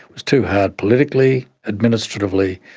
was too hard politically, administratively.